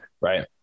Right